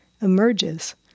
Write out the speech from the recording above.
emerges